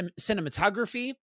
cinematography